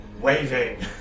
waving